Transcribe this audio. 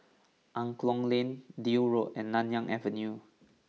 Angklong Lane Deal Road and Nanyang Avenue